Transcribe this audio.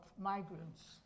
migrants